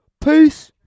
Peace